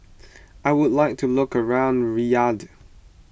I would like to look around Riyadh